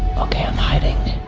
okay, i'm hiding.